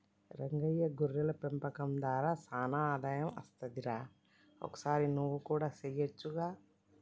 రంగయ్య గొర్రెల పెంపకం దార సానా ఆదాయం అస్తది రా ఒకసారి నువ్వు కూడా సెయొచ్చుగా